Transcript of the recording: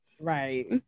Right